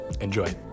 Enjoy